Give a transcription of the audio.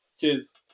Cheers